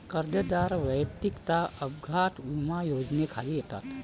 कर्जदार वैयक्तिक अपघात विमा योजनेखाली येतात